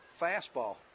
fastball